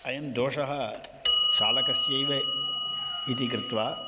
अयं दोषः चालकस्यैव इति कृत्वा